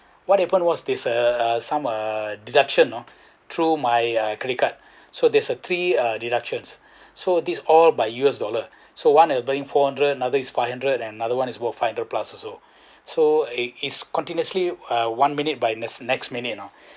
what happened was this uh uh some uh deduction orh through my uh credit card so there's a three uh deductions so these all by U_S dollar so one buying four hundred another is five hundred and another one was five hundred plus also so it is continuously uh one minute by the next minute